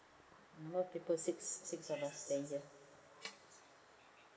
number of people six six of us staying here